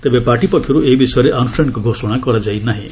ତେବେ ପାର୍ଟି ପକ୍ଷରୁ ଏ ବିଷୟରେ ଆନୁଷ୍ଠାନିକ ଘୋଷଣା କରାଯାଇ ନାହିଁ